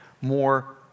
more